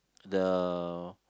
the